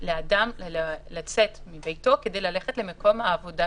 אם הייתי מחפש מה עוד לפתוח,